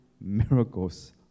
miracles